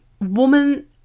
woman